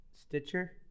Stitcher